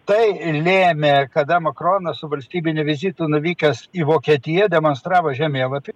tai lėmė kada makronas su valstybiniu vizitu nuvykęs į vokietiją demonstravo žemėlapį